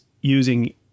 using